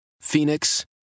Phoenix